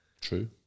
True